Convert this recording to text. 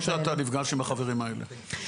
כן, אבל לא כשאתה נפגש עם החברים האלה.